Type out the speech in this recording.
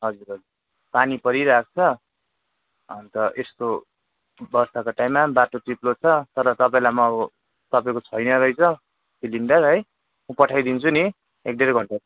हजुर हजुर पानी परिरहेको छ अन्त यस्तो वर्षाको टाइममा बाटो चिप्लो छ तर तपाईलाई म अब तपाईँको छैन रहेछ सिलिन्डर है म पठाइदिन्छु नि एक डेढ घन्टा